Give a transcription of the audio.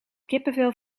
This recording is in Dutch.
kippenvel